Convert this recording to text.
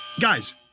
Guys